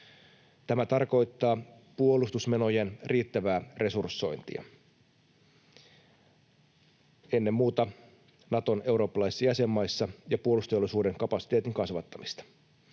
Tämä tarkoittaa puolustusmenojen riittävää resursointia ennen muuta Naton eurooppalaisissa jäsenmaissa ja puolustusteollisuuden kapasiteetin kasvattamista.